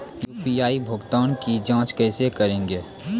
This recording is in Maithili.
यु.पी.आई भुगतान की जाँच कैसे करेंगे?